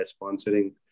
sponsoring